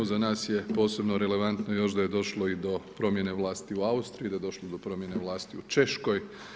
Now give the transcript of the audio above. Za nas je posebno relevantno još da je došlo i do promjene vlasti u Austriji, da je došlo do promjene vlasti u Češkoj.